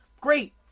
great